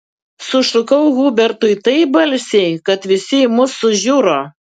sušukau hubertui taip balsiai kad visi į mus sužiuro